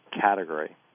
Category